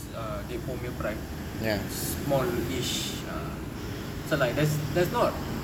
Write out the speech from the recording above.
ah gek poh punya prime small-ish ah so like ah there's not